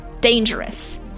dangerous